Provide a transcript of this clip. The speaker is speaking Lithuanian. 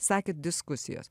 sakėt diskusijos